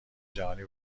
جهانی